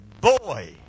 boy